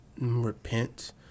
repent